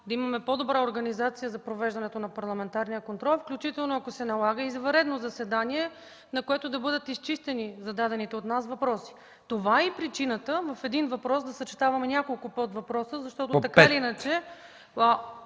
да имаме по-добра организация за провеждането на парламентарния контрол, включително ако се налага извънредно заседание, на което да бъдат изчистени зададените от нас въпроси. Това е и причината в един въпрос да съчетаваме няколко подвъпроса, защото така или иначе ...